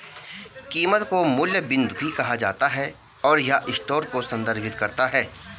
कीमत को मूल्य बिंदु भी कहा जाता है, और यह स्टोर को संदर्भित करता है